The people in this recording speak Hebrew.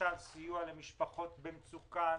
למשל סיוע למשפחות במצוקה,